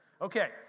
Okay